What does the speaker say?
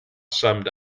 summed